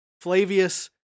Flavius